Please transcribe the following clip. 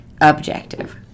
objective